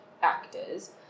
actors